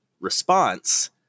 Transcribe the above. response